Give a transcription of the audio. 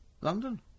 London